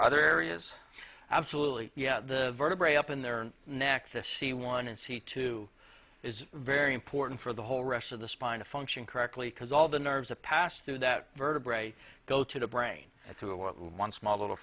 other areas absolutely the vertebrae up in their necks to see one and see to is very important for the whole rest of the spine to function correctly because all the nerves a pass through that vertebrae go to the brain through what one small little